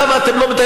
למה אתם לא מתקנים?